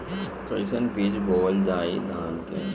कईसन बीज बोअल जाई धान के?